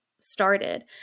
started